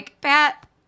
pat